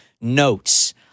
notes